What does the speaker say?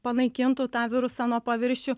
panaikintų tą virusą nuo paviršių